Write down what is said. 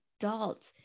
adults